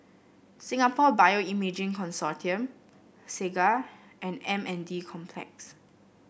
Singapore Bioimaging Consortium Segar and M N D Complex